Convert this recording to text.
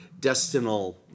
destinal